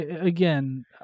again